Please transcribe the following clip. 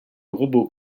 robot